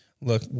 Look